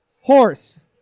horse